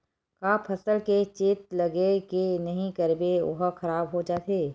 का फसल के चेत लगय के नहीं करबे ओहा खराब हो जाथे?